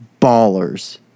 ballers